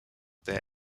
their